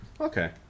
Okay